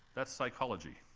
that's psychology.